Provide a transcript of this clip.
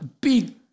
Big